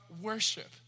worship